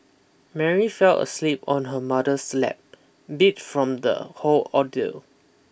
Mary fell asleep on her mother's lap beat from the whole ordeal